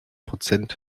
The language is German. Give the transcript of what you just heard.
prozent